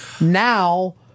Now